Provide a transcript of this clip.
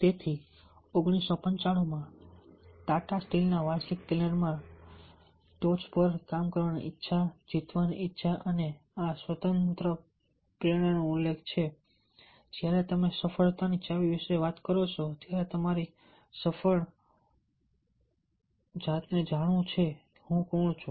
તેથી 1995 માં ટાટા સ્ટીલના વાર્ષિક કેલેન્ડરમાં ટોચ પર કામ કરવાની ઇચ્છા જીતવાની ઇચ્છા અને આ સ્વ પ્રેરણાનો ઉલ્લેખ છે જ્યારે તમે સફળતાની ચાવી વિશે વાત કરો છો ત્યારે તમારી જાતને જાણવું છે હું કોણ છું